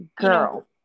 Girl